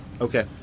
Okay